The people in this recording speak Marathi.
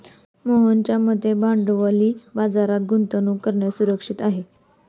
मोहनच्या मते भांडवली बाजारात गुंतवणूक करणं सुरक्षित आहे